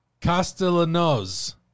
Castellanos